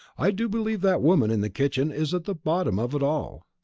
i do believe that woman in the kitchen is at the bottom of it all.